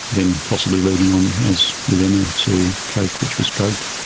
then possibly leading on as with emma to coke which was drugged.